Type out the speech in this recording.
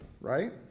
right